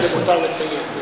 זה למותר לציין.